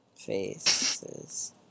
faces